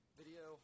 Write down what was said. video